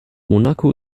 monaco